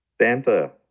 Santa